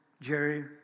Jerry